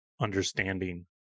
understanding